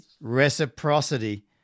reciprocity